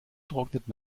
trocknet